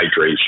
hydration